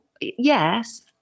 yes